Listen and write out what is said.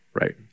right